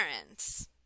parents